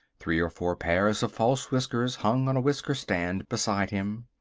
three or four pairs of false whiskers hung on a whisker-stand beside him.